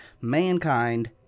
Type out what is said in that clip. mankind